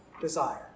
desire